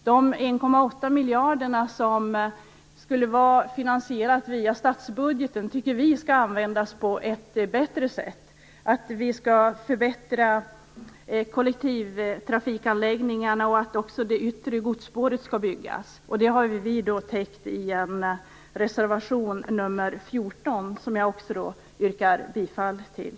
De 1,8 miljarder som kommer via statsbudgeten tycker vi skall användas på ett bättre sätt. Vi skall förbättra kollektivtrafikanläggningarna, och det yttre godsspåret skall byggas. Det har vi täckt i reservation nr 14, som jag yrkar bifall till.